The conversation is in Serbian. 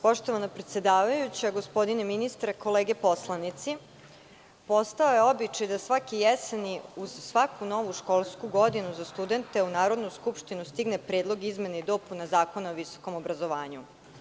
Poštovana predsedavajuća, gospodine ministre, kolege poslanici, postao je običaj da svake jeseni, uz svaku novu školsku godinu za studente, u Narodnu skupštinu stigne predlog izmena i dopuna Zakona o visokom obrazovanju.